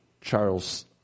Charles